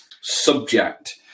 subject